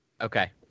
Okay